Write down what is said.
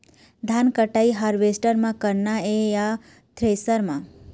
धान कटाई हारवेस्टर म करना ये या थ्रेसर म?